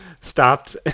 stopped